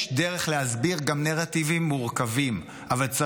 יש דרך להסביר גם נרטיבים מורכבים, אבל א.